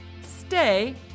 stay